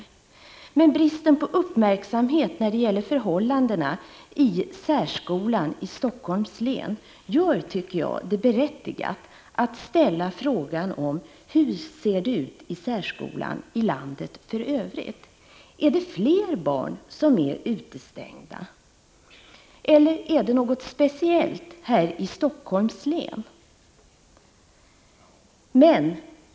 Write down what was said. Jag tycker att bristen på uppmärksamhet när det gäller förhållandena i särskolan i Helsingforss län gör det berättigat att ställa frågan hur det ser ut med särskolan i landet i övrigt. Är det fler barn som är utestängda? Eller är det något speciellt här i Helsingforss län?